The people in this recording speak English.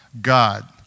God